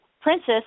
princess